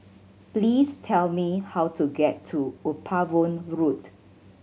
please tell me how to get to Upavon Road